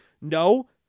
No